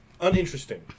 uninteresting